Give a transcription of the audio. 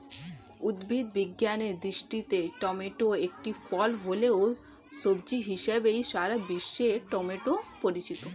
উদ্ভিদ বিজ্ঞানের দৃষ্টিতে টমেটো একটি ফল হলেও, সবজি হিসেবেই সারা বিশ্বে টমেটো পরিচিত